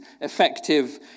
effective